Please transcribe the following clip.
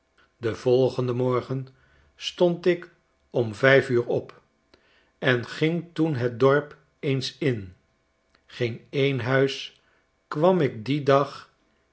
den volgenden morgen stond ik om vijf uur op en ging toen het dorp eens in geen een huis kwam ik dien dag